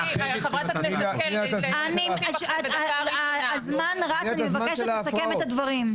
אני יכולה עכשיו לדבר על דברים אחרים.